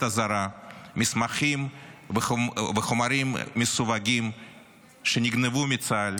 הזרה מסמכים וחומרים מסווגים שנגנבו מצה"ל